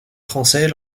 français